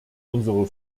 unsere